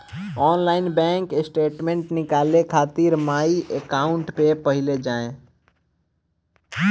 online bank statement निकाले खातिर my account पे पहिले जाए